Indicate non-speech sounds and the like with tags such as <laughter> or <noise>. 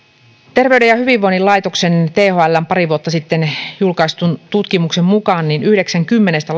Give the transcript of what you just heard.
terveyden ja hyvinvoinnin laitoksen eli thln pari vuotta sitten julkaistun tutkimuksen mukaan yhdeksän kymmenestä <unintelligible>